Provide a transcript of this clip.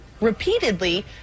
repeatedly